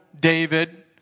David